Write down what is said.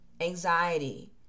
anxiety